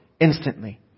instantly